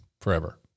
forever